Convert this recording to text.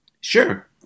Sure